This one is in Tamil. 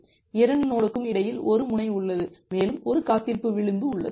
2 நோடுக்கும் இடையில் ஒரு முனை உள்ளது மேலும் ஒரு காத்திருப்பு விளிம்பு உள்ளது